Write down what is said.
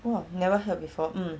!wah! never heard before mm